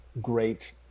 great